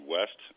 West